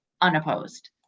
unopposed